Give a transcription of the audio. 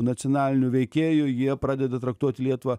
nacionalinių veikėjų jie pradeda traktuot lietuvą